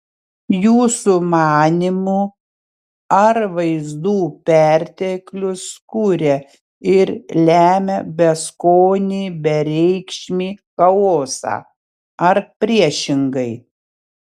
jūsų manymu ar vaizdų perteklius kuria ir lemia beskonį bereikšmį chaosą ar priešingai